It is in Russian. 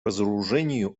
разоружению